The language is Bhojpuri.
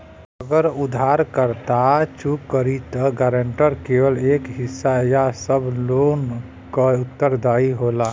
अगर उधारकर्ता चूक करि त गारंटर केवल एक हिस्सा या सब लोन क उत्तरदायी होला